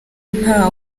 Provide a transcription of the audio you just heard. nta